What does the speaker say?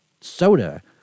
soda